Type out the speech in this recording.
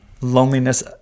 loneliness